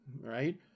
right